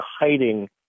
hiding